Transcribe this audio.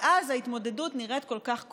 ואז ההתמודדות נראית כל כך כושלת.